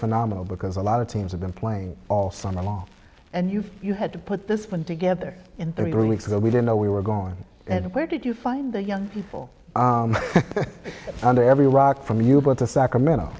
phenomenal because a lot of teams have been playing all summer long and you've you had to put this one together in three weeks ago we didn't know we were going and where did you find the young people under every rock from you but the sacramento